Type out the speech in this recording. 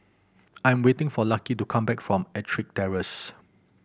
I'm waiting for Lucky to come back from Ettrick Terrace